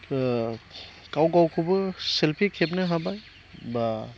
गाव गावखौबो सेलफि खेबनो हाबाय एबा